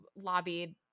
lobbied